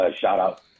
shout-out